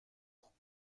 ans